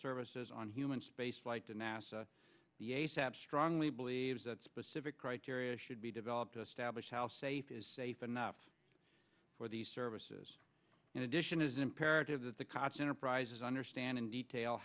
services on human space flight to nasa the asap strongly believes that specific criteria should be developed to establish how safe is safe enough for these services in addition it is imperative that the cost enterprises understand in detail